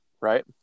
right